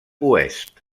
oest